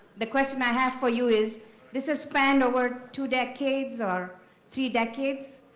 the question i have for you is this has spanned over two decades or three decades.